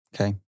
Okay